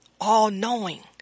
all-knowing